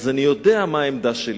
ואז אני יודע מה העמדה שלי.